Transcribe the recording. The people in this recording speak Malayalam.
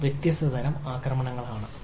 ഇവ വ്യത്യസ്ത തരം ആക്രമണങ്ങളാണ്